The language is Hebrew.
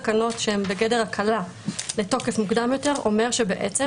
אפשר גם לפתור אותה שהתקנות מוארכות אוטומטית לשבעה ימים.